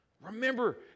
Remember